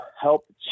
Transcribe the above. help